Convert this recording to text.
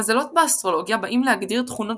המזלות באסטרולוגיה באים להגדיר תכונות